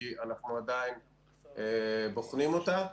כי אנחנו עדיין בוחנים אותם.